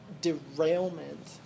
derailment